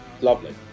lovely